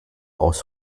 aus